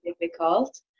difficult